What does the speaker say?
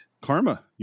Karma